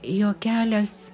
jo kelias